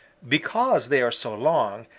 because they are so long,